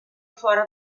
fora